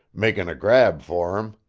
makin' a grab for him.